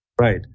Right